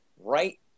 right